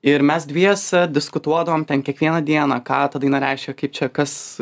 ir mes dviese diskutuodavom ten kiekvieną dieną ką ta daina reiškia kaip čia kas